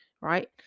right